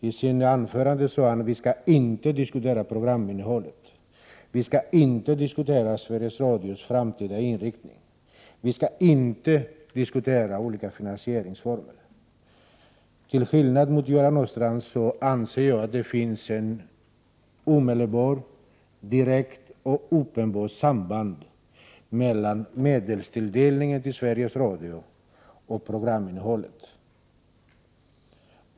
I sitt anförande sade han att vi inte skall diskutera programinnehållet, att vi inte skall diskutera Sveriges Radios framtida inriktning, att vi inte skall diskutera olika finansieringsformer. Till skillnad från Göran Åstrand anser jag att det finns ett omedelbart, direkt och uppenbart samband mellan medelstilldelningen till Sveriges Radio och programinnehållet.